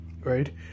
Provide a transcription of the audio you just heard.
right